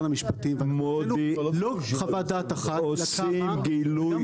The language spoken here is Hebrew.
המשפטים ואני מכיר לא חוות דעת אחת אלא כמה,